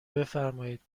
بفرمایید